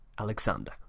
Alexander